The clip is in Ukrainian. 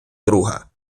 друга